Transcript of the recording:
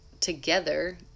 together